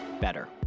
better